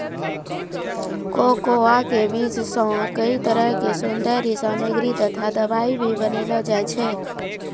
cocoa के बीज सॅ कई तरह के सौन्दर्य सामग्री तथा दवाई भी बनैलो जाय छै